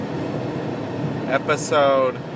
episode